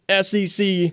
SEC